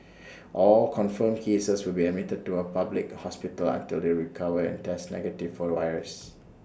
all confirmed cases will be admitted to A public hospital until they recover and test negative for the virus